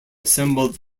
assembled